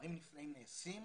דברים נפלאים נעשים,